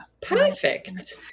Perfect